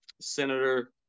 Senator